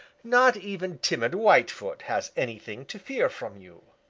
not even timid whitefoot has anything to fear from you.